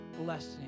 blessing